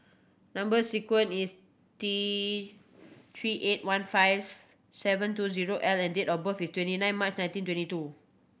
number sequence is T Three eight one five seven two zero L and date of birth is twenty nine March nineteen twenty two